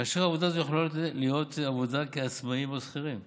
כאשר העבודה הזאת יכולה להיות עבודה כעצמאים או כשכירים.